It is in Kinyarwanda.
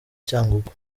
cyangugu